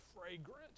fragrance